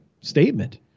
statement